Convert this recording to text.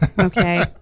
Okay